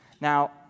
Now